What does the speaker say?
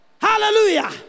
Hallelujah